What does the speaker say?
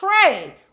pray